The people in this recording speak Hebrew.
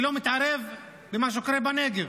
שלא מתערב במה שקורה בנגב.